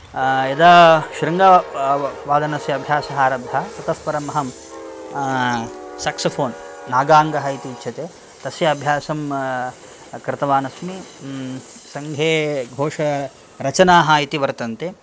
यदा शृङ्गवा व व वादनस्य अभ्यासः आरब्धः ततः परम् अहं साक्सोफोन् नागाङ्गः इति उच्यते तस्य अभ्यासं कृतवानस्मि सङ्घे घोषरचनाः इति वर्तन्ते